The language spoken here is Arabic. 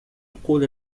أقول